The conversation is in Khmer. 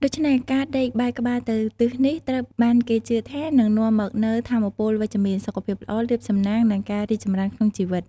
ដូច្នេះ ការដេកបែរក្បាលទៅទិសនេះ ត្រូវបានគេជឿថានឹងនាំមកនូវថាមពលវិជ្ជមាន សុខភាពល្អ លាភសំណាង និងការរីកចម្រើនក្នុងជីវិត។